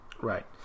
right